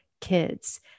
kids